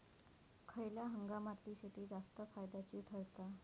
खयल्या हंगामातली शेती जास्त फायद्याची ठरता?